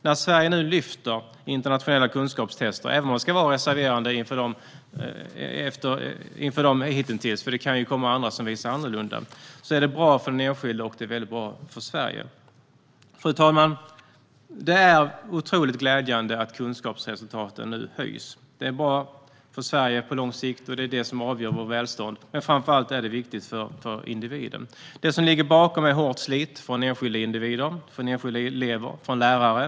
När Sverige nu lyfter i internationella kunskapstester - även om man ska vara reserverad inför de som har kommit hitintills, för det kan ju komma andra som visar annorlunda resultat - är det bra för den enskilde och väldigt bra för Sverige. Fru talman! Det är otroligt glädjande att kunskapsresultaten nu höjs. Det är bra för Sverige på lång sikt, och det är det som avgör vårt välstånd. Men framför allt är det viktigt för individen. Det som ligger bakom är hårt slit från enskilda individer, från enskilda elever och från lärare.